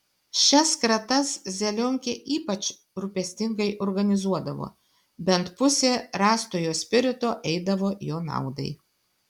šias kratas zelionkė ypač rūpestingai organizuodavo bent pusė rastojo spirito eidavo jo naudai